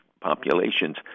populations